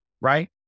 right